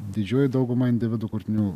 didžioji dauguma individų kurtinių